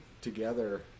together